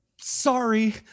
Sorry